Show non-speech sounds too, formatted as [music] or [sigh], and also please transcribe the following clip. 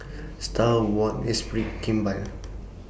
[noise] STAR Awards Esprit and Kimball